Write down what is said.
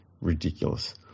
ridiculous